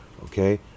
okay